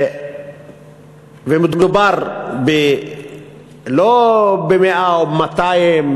מדובר לא ב-100 או ב-200,